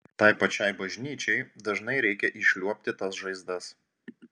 tai pačiai bažnyčiai dažnai reikia išliuobti tas žaizdas